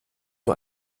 nur